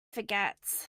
forgets